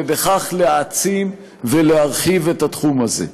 ובכך להעצים ולהרחיב את התחום הזה.